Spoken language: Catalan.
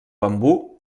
bambú